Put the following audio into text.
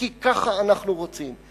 כי ככה אנחנו רוצים.